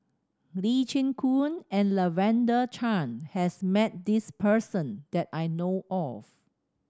Lee Chin Koon and Lavender Chang has met this person that I know of